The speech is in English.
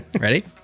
ready